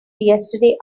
yesterday